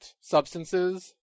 substances